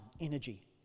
energy